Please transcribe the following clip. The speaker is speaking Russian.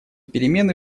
перемены